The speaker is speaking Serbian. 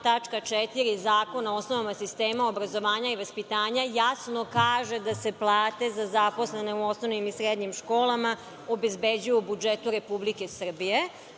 4) Zakona o osnovama sistema obrazovanja i vaspitanja jasno kaže da se plate za zaposlene u osnovnim i srednjim školama obezbeđuje budžetu Republike Srbije,